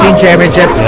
championship